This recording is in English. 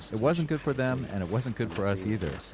it wasn't good for them, and it wasn't good for us, either.